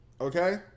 Okay